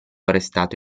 arrestato